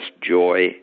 joy